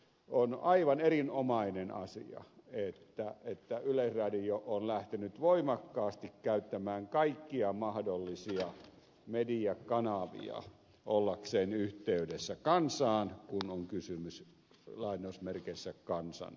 on aivan erinomainen asia että yleisradio on lähtenyt voimakkaasti käyttämään kaikkia mahdollisia mediakanavia ollakseen yhteydessä kansaan kun on kysymys lainausmerkeissä kansan radiosta